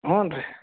ಹ್ಞೂ ರೀ